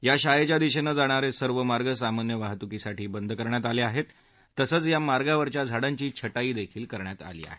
या शाळेच्या दिशेनं जाणारे सर्व मार्ग सामान्य वाहतुकीसाठी बंद करण्यात आले आहेत तसंच या मार्गावरच्या झाडांची छाटणी केली आहे